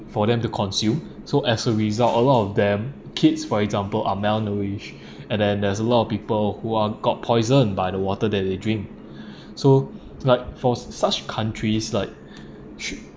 for them to consume so as a result a lot of them kids for example are malnourished and then there's a lot of people who are got poison by the water that drink so like for such countries like